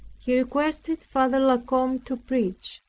he requested father la combe to preach.